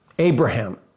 Abraham